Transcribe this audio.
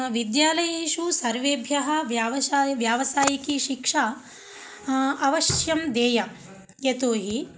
विद्यालयेषु सर्वेभ्यः व्यावसा व्यावसायिकी शिक्षा अवश्यं देया यतो हि